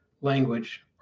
language